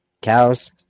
cows